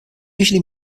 usually